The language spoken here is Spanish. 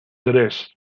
tres